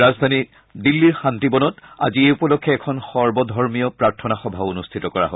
ৰাজধানী দিল্লীৰ শান্তিবনত আজি এই উপলক্ষে এখন সৰ্বধৰ্মীয় প্ৰাৰ্থনা সভা অনুষ্ঠিত কৰা হয়